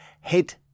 head